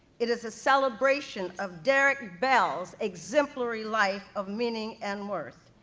it is a celebration of derrick bell's exemplary life of meaning and worth.